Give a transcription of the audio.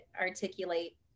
articulate